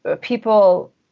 people